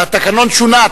התקנון שונה,